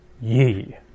Ye